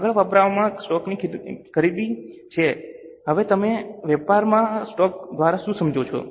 આગળ વેપારમાં સ્ટોકની ખરીદી છે હવે તમે વેપારમાં સ્ટોક દ્વારા શું સમજો છો